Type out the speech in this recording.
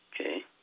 okay